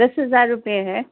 دس ہزار روپے ہے